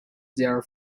their